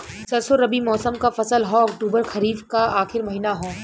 सरसो रबी मौसम क फसल हव अक्टूबर खरीफ क आखिर महीना हव